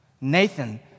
Nathan